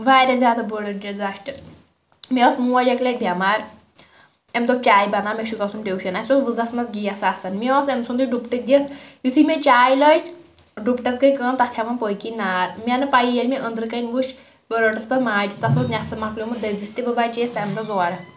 واریاہ زیادٕ بٔڑ ڈِزاسٹ مےٚ ٲس موج اَکہِ لَٹہِ بٮ۪مار أمۍ دوٚپ چاے بَناو مےٚ چھُ گژھُن ٹیوٗشَن اَسہِ اوس وٕزس منٛز گیس آسن مےٚ اوس أمۍ سُنٛدہ ڈُپٹہٕ دِتتھ یُتھٕے مےٚ چاے لٲجۍ ڈُپٹَس گٔے کٲم تَتھ ہٮ۪وان پٔتکِنۍ نار مےٚ نہٕ پَی ییٚلہِ مےٚ أنٛدرٕ کَنۍ وُچھ بہٕ رٔٹٕس پَتہٕ ماجہِ تَتھ اوس نٮ۪ص مۄلیومُت دٔزِس تہِ بہٕ بَچیٚیَس تَمہِ دۄہ زورٕ